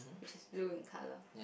which is blue in colour